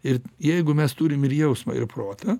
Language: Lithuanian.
ir jeigu mes turim ir jausmą ir protą